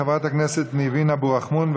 חברת הכנסת ניבין אבו רחמון,